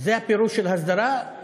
זה הפירוש של הסדרה?